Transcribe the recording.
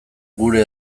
gure